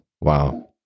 Wow